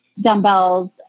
dumbbells